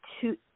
two